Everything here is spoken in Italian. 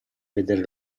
vedere